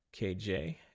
KJ